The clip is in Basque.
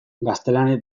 gaztelaniaz